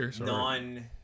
non